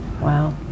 Wow